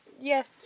Yes